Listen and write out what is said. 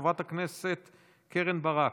חברת הכנסת קרן ברק,